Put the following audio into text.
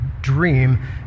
dream